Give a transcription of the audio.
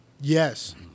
Yes